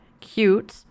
cute